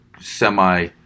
semi